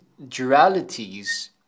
dualities